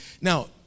Now